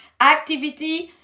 activity